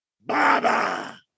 baba